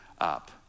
up